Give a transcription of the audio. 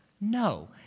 no